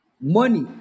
Money